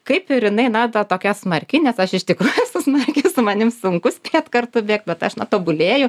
kaip ir jinai na ta tokia smarki nes aš iš tikrųjų esu smarki su manim sunku spėt kartu bėgt bet aš na tobulėju